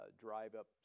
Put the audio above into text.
drive-up